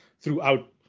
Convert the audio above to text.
throughout